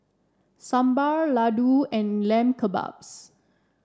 Sambar Ladoo and Lamb Kebabs